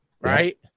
right